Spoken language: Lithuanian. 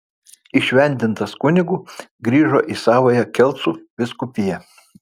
įšventintas kunigu grįžo į savąją kelcų vyskupiją